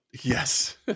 Yes